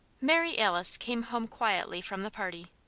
mary alice came home quietly from the party.